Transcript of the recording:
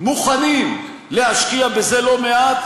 מוכנים להשקיע בזה לא מעט,